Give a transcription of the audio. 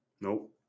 Nope